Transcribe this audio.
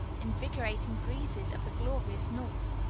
invigorating breezes of the glorious north.